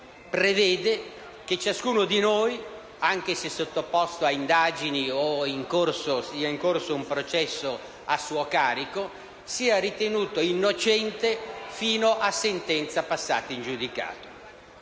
prevede che ciascuno di noi, anche se sottoposto ad indagini o sia in corso un processo a suo carico, sia ritenuto innocente fino a sentenza passata in giudicato.